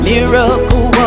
Miracle